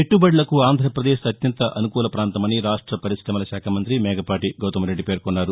పెట్లుబడులకు ఆంధ్రాపదేశ్ అత్యంత అనుకూల పాంతమని రాష్ట పరిశమలశాఖ మంతి మేకపాటి గౌతమ్రెడ్డి పేర్కొన్నారు